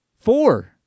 Four